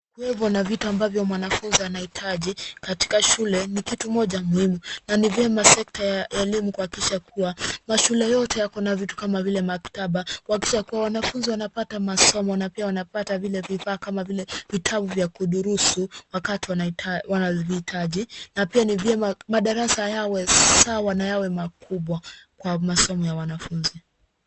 Vyombo na vitu ambavyo mwanafunzi anahitaji katika shule ni kitu moja muhimu na ni vyema sekta ya elimu kuhakikisha kuwa mashule yote yako na vitu kama vile maktaba, kuhakikisha kuwa wanafunzi wanapata masomo na pia wanapata vile vifaa kama vile vitabu vya kudurusu wakati wanavihitaji na pia ni vyema madarasa yawe sawa na yawe makubwa kwa masomo ya wanafunzi.